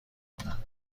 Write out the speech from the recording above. کنند